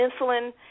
insulin